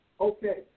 Okay